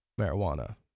marijuana